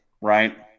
right